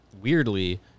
weirdly